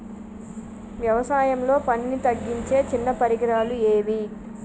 వ్యవసాయంలో పనిని తగ్గించే చిన్న పరికరాలు ఏవి?